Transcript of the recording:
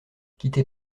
quitter